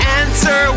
answer